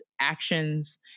actions